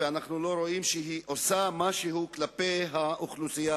ואנחנו לא רואים שהיא עושה משהו כלפי האוכלוסייה